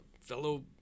fellow